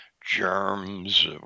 germs